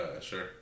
sure